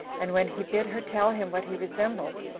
and when he bid her tell him what he resembled,